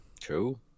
true